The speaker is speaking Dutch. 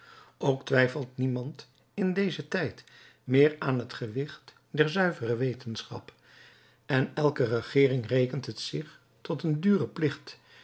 ook twijfelt niemand in dezen tijd meer aan het gewicht der zuivere wetenschap en elke regeering rekent het zich tot een duren plicht